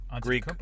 Greek